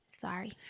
Sorry